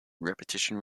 repetition